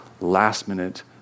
last-minute